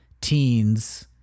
teens